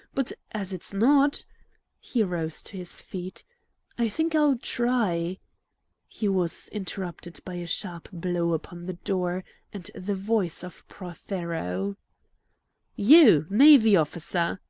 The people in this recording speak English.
but, as it's not he rose to his feet i think i'll try he was interrupted by a sharp blow upon the door and the voice of prothero. you, navy officer!